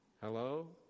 Hello